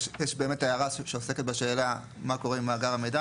יש באמת הערה שעוסקת בשאלה מה קורה עם מאגר המידע.